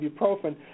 ibuprofen